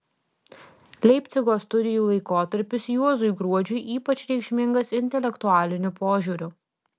leipcigo studijų laikotarpis juozui gruodžiui ypač reikšmingas intelektualiniu požiūriu